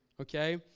okay